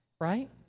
right